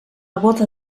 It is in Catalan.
boda